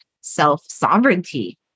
self-sovereignty